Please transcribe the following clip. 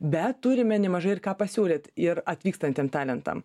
bet turime nemažai ir ką pasiūlyt ir atvykstantiem talentam